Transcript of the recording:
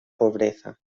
pobreza